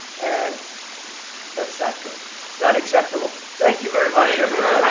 and that's not good. it's not acceptable. thank you very much everybody.